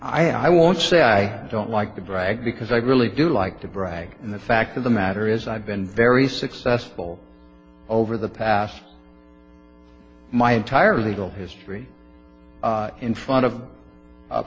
so i want to say i don't like to brag because i really do like to brag and the fact of the matter is i've been very successful over the past my entire legal history in front of a